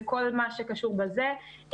וכל מה שקשור בזה,